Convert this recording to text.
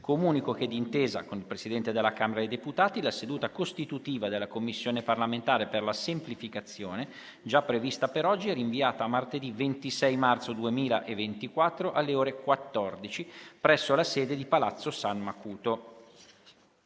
Comunico che, d'intesa con il Presidente della Camera dei deputati, la seduta costitutiva della Commissione parlamentare per la semplificazione, già prevista per oggi, è rinviata a martedì 26 marzo 2024, alle ore 14, presso la sede di Palazzo San Macuto.